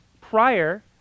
prior